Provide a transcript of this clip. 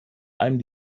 einem